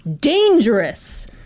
dangerous